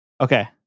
Okay